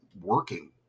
working